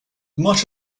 much